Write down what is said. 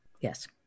Yes